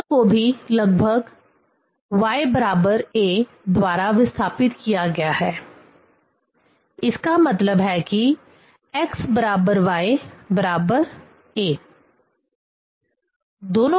एक अन्य को भी लगभग y बराबर a द्वारा विस्थापित किया गया है इसका मतलब है कि x बराबर y बराबर a